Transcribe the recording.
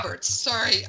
sorry